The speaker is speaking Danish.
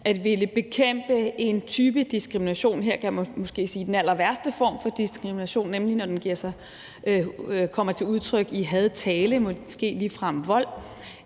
at ville bekæmpe én type diskrimination – her kan man måske sige den allerværste form for diskrimination, nemlig når den kommer til udtryk i hadtale og måske ligefrem vold